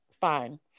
fine